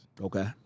okay